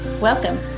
Welcome